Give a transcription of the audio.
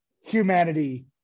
humanity